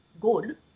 good